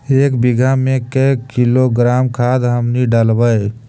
एक बीघा मे के किलोग्राम खाद हमनि डालबाय?